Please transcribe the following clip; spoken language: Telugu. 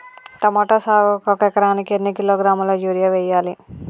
టమోటా సాగుకు ఒక ఎకరానికి ఎన్ని కిలోగ్రాముల యూరియా వెయ్యాలి?